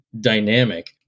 dynamic